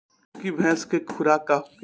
बिसुखी भैंस के खुराक का होखे?